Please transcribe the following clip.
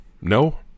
No